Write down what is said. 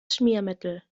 schmiermittel